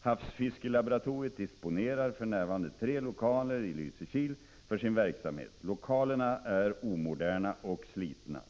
Havsfiskelaboratoriet disponerar för närvarande tre lokaler i Lysekil för sin verksamhet. Lokalerna är omoderna och slitna.